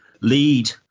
lead